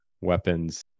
weapons